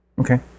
Okay